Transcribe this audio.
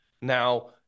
Now